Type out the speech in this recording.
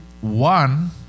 one